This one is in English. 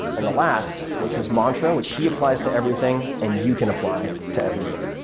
and the last was his mantra, which he applies to everything, and you can apply to everything